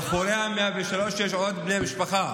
אבל חבר'ה, מאחורי ה-103 יש עוד בני משפחה.